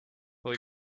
will